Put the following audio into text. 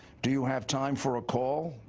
do you have time for a call?